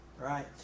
right